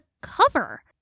cover